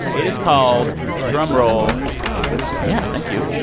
it is called drum roll yeah. thank you.